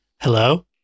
Hello